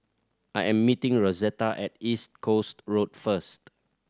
I am meeting Rosetta at East Coast Road first